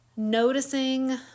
Noticing